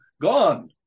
gone